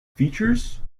features